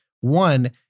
one